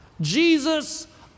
Jesus